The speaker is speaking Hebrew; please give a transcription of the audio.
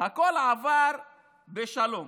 הכול עבר בשלום.